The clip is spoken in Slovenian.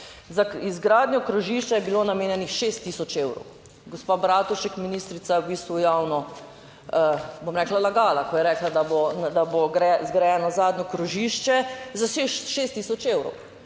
Za izgradnjo krožišča je bilo namenjenih 6 tisoč evrov, gospa Bratušek, ministrica je v bistvu javno bom rekla, lagala, ko je rekla, da bo, da bo zgrajeno zadnje krožišče za 6 tisoč evrov